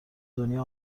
دنیا